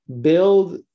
build